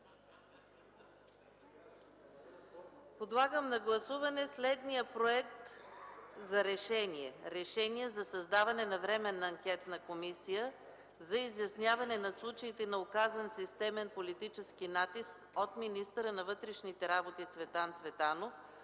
Подлагам на гласуване следния проект за: „РЕШЕНИЕ за създаване на Временна анкетна комисия за изясняване на случаите на оказан системен политически натиск от министъра на вътрешните работи Цветан Цветанов,